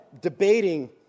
debating